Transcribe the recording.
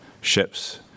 ships